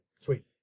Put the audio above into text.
sweet